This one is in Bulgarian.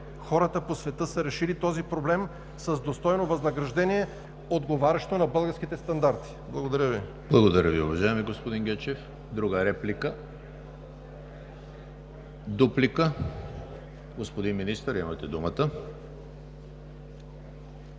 Хората по света са решили този проблем с достойно възнаграждение, отговарящо на българските стандарти. Благодаря Ви. ПРЕДСЕДАТЕЛ ЕМИЛ ХРИСТОВ: Благодаря Ви, уважаеми господин Гечев. Друга реплика? Дуплика? Господин Министър, имате думата.